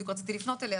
בדיוק רציתי לפנות אליה.,